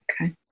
Okay